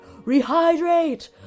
rehydrate